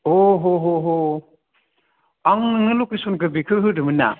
अह ह ह ह आं नोंनो लकेसोनखौ बेखौ होदोंमोन ना